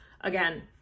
again